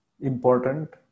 important